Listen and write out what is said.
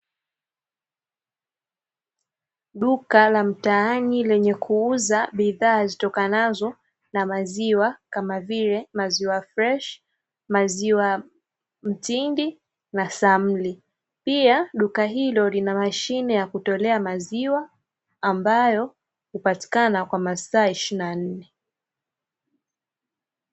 Duka la mtaani lenye kuuza bidhaa zitokanazo na maziwa, kama vile: maziwa freshi, maziwa mtindi, na samli. Pia, duka hilo lina mashine ya kutolea maziwa, ambayo hupatikana kwa masaa ishirini na nne.